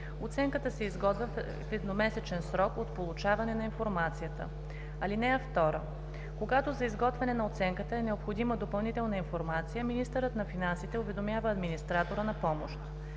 Оценката се изготвя в едномесечен срок от получаване на информацията. (2) Когато за изготвяне на оценката е необходима допълнителна информация, министърът на финансите уведомява администратора на помощ.